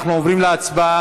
אנחנו עוברים להצבעה.